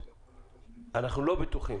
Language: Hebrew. אנחנו לא בטוחים